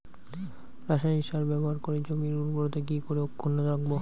রাসায়নিক সার ব্যবহার করে জমির উর্বরতা কি করে অক্ষুণ্ন রাখবো